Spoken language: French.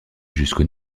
jusqu’au